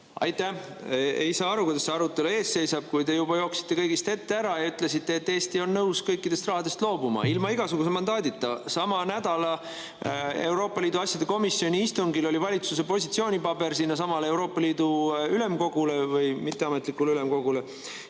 Aitäh! Ei saa aru, kuidas see arutelu ees seisab, kui te juba jooksite kõigist ette ära ja ütlesite, et Eesti on nõus kõikidest rahadest loobuma. Ilma igasuguse mandaadita. Sama nädala Euroopa Liidu asjade komisjoni istungil oli valitsuse positsioonipaber sellelesamale Euroopa Liidu ülemkogule või mitteametlikule ülemkogule